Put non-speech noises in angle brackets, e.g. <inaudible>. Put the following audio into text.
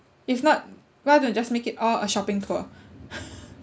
if not why don't you just make it all a shopping tour <laughs>